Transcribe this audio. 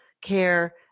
care